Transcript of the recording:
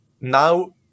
now